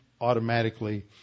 automatically